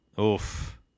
Oof